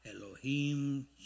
Elohim